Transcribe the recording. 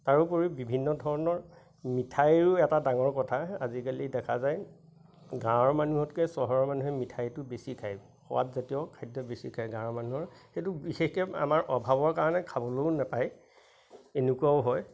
তাৰোপৰি বিভিন্ন ধৰণৰ মিঠাইৰো এটা ডাঙৰ কথা আজিকালি দেখা যায় গাঁৱৰ মানুহতকে চহৰৰ মানুহে মিঠাইটো বেছি খায় সোৱাদ জাতীয় খাদ্য বেছি খায় গাঁৱৰ মানুহৰ সেইটো বিশেষকে আমাৰ অভাৱৰ কাৰণে খাবলৈও নাপায় এনেকুৱাও হয়